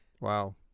Wow